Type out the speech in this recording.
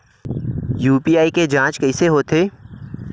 UPI के के जांच कइसे होथे?